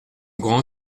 grand